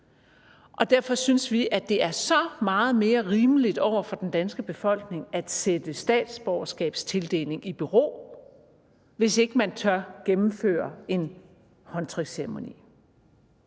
og derfor synes vi, at det er så meget mere rimeligt over for den danske befolkning at sætte statsborgerskabstildelingen i bero, hvis ikke man tør gennemføre en håndtryksceremoni.